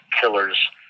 killers